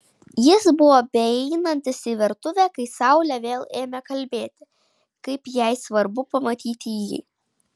jis buvo beeinantis į virtuvę kai saulė vėl ėmė kalbėti kaip jai svarbu pamatyti jį